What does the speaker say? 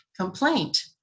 complaint